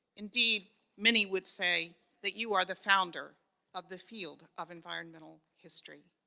indeed many would say that you are the founder of the field of environmental history.